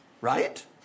Right